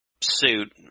suit